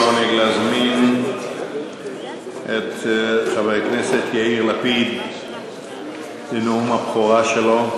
להזמין את חבר הכנסת יאיר לפיד לנאום הבכורה שלו.